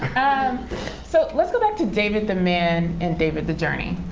um so let's go back to david the man and david the journey.